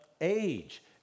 age